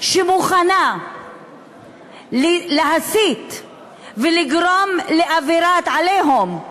שמוכנה להסית ולגרום לאווירת "עליהום",